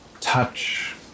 touch